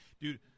Dude